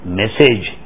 message